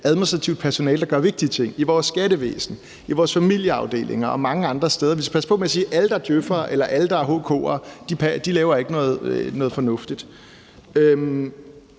administrativt personale, der gør vigtige ting, i vores skattevæsen, i vores familieafdelinger og mange andre steder. Vi skal passe på med at sige, at alle, der er djøf'ere, eller alle, der er HK'ere, ikke laver noget fornuftigt.